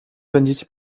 będziecie